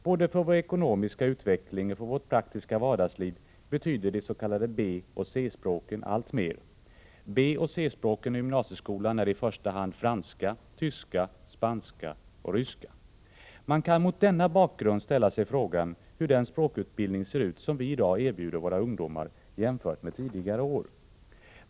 Både för vår ekonomiska utveckling och för vårt praktiska vardagsliv betyder de s.k. B och C-språken alltmer. B och C-språk i gymnasieskolan är i första hand franska, tyska, spanska och ryska. Man kan mot denna bakgrund ställa sig frågan hur den språkutbildning ser ut som vi i dag erbjuder våra ungdomar jämfört med tidigare år.